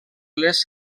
les